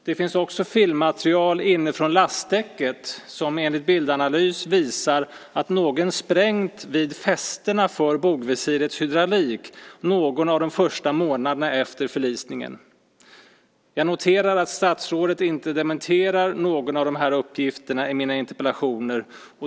Det finns också filmmaterial inifrån lastdäcket som enligt bildanalys visar att någon sprängt vid fästena för bogvisirets hydraulik någon av de första månaderna efter förlisningen. Jag noterar att statsrådet inte dementerar någon av de här uppgifterna i mina interpellationer.